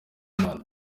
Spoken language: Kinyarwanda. imana